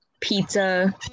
Pizza